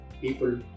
people